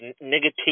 negative